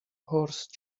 horse